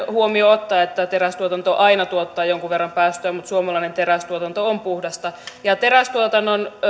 huomioon ottaen että terästuotanto aina tuottaa jonkun verran päästöjä mutta suomalainen terästuotanto on puhdasta terästuotannon